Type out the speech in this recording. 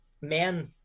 man